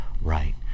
right